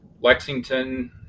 Lexington